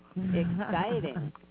Exciting